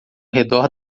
redor